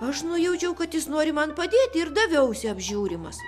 aš nujaučiau kad jis nori man padėti ir daviausi apžiūrimas